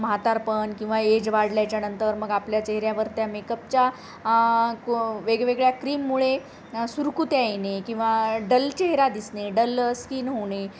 म्हातारपण किंवा एज वाढल्याच्यानंतर मग आपल्या चेहऱ्यावर त्या मेकअपच्या को वेगवेगळ्या क्रीममुळे सुरकुत्या येणे किंवा डल चेहरा दिसणे डल स्किन होणे